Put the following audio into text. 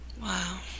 Wow